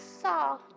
saw